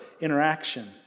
interaction